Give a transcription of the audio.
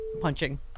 punching